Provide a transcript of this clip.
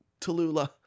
Tallulah